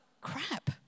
crap